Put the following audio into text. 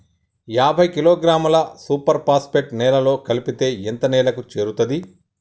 యాభై కిలోగ్రాముల super phosphate నేలలో కలిపితే ఎంత నేలకు చేరుతది?